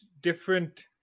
different